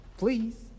Please